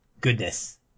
goodness